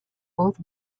both